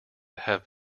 have